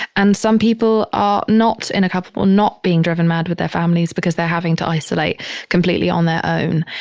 and some people are not in a coup or not being driven mad with their families because they're having to isolate completely on their own.